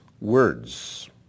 words